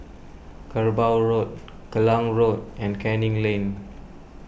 Kerbau Road Klang Road and Canning Lane